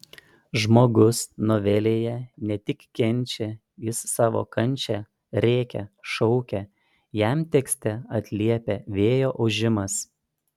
žmogus novelėje ne tik kenčia jis savo kančią rėkia šaukia jam tekste atliepia vėjo ūžimas